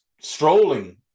strolling